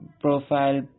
profile